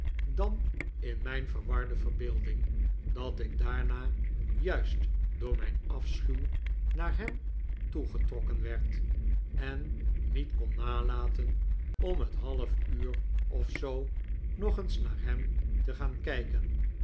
dan in mijn verwarde verbeelding dat ik daarna juist door mijn afschuw naar hem toegetrokken werd en niet kon nalaten om het half uur pf zoo nog eens naar hem te gaan kijken